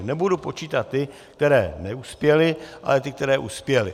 Nebudu počítat ty, které neuspěly, ale ty, které uspěly.